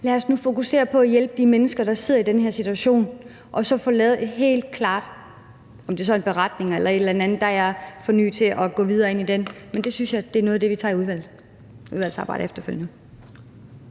Lad os nu fokusere på at hjælpe de mennesker, der sidder i den her situation, og så få lavet en helt klar beretning eller et eller andet andet; det er jeg for ny til at gå ind i, men det synes jeg er noget af det, vi tager i udvalgsarbejdet efterfølgende.